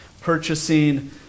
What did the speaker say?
purchasing